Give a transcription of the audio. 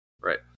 Right